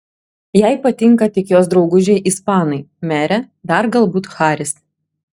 jai patinka tik jos draugužiai ispanai merė dar galbūt haris